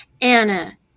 Anna